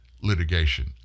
litigation